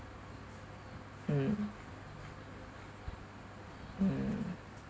mm mm